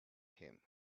him